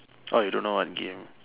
orh you don't know what game